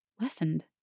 lessened